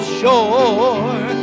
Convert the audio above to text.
shore